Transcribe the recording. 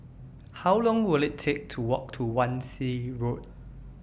How Long Will IT Take to Walk to Wan Shih Road